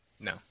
No